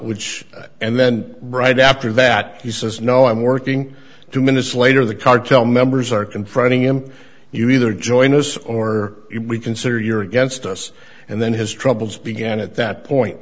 which and then right after that he says no i'm working two minutes later the cartel members are confronting him you either join us or we consider you're against us and then his troubles began at that point